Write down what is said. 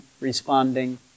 responding